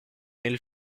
nel